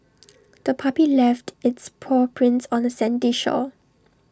the puppy left its paw prints on the sandy shore